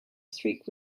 streak